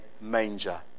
manger